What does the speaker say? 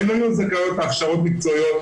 הן לא יהיו זכאיות להכשרות מקצועיות,